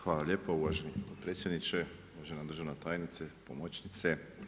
Hvala lijepa uvaženi predsjedniče, uvažena državna tajnice, pomoćnice.